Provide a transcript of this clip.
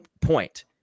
point